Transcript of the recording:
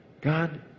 God